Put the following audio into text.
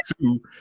two